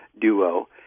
duo